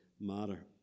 matter